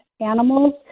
animals